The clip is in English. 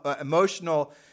emotional